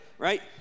Right